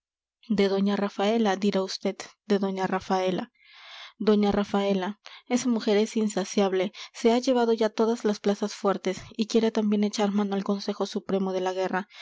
de doña rafaela dirá vd de doña rafaela doña rafaela esa mujer es insaciable se ha llevado ya todas las plazas fuertes y quiere también echar mano al consejo supremo de la guerra